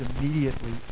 immediately